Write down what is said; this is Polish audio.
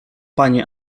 panie